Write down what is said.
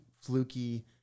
fluky